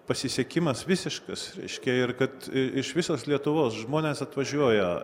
pasisekimas visiškas reiškia ir kad iš visos lietuvos žmonės atvažiuoja